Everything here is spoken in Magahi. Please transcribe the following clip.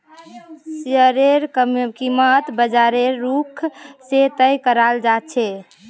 शेयरेर कीमत बाजारेर रुख से तय कराल जा छे